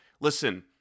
listen